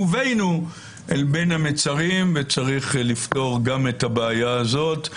הובאנו אל בין המצרים וצריך לפתור גם את הבעיה הזאת.